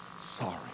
sorry